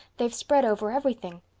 they've spread over everything.